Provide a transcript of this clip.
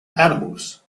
animals